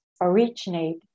originate